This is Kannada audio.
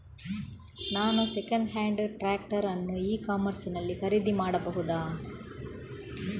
ನಾನು ಸೆಕೆಂಡ್ ಹ್ಯಾಂಡ್ ಟ್ರ್ಯಾಕ್ಟರ್ ಅನ್ನು ಇ ಕಾಮರ್ಸ್ ನಲ್ಲಿ ಖರೀದಿ ಮಾಡಬಹುದಾ?